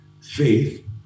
Faith